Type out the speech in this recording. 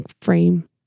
frame